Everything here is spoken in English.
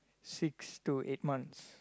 six to eight months